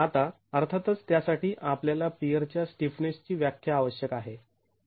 आता अर्थातच त्यासाठी आपल्याला पियर च्या स्टिफनेस ची व्याख्या आवश्यक आहे